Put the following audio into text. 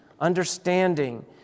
understanding